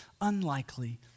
unlikely